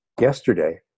yesterday